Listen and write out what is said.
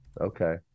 Okay